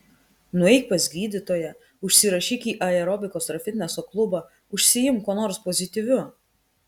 nueik pas gydytoją užsirašyk į aerobikos ar fitneso klubą užsiimk kuo nors pozityviu